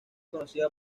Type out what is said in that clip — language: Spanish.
conocida